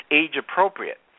age-appropriate